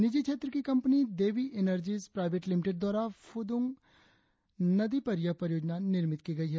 निजी क्षेत्र की company Devi energies private limited द्वारा फुड़ुंग नदी पर यह परियोजना निर्मित की गई है